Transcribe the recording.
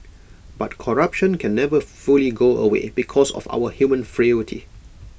but corruption can never fully go away because of our human frailty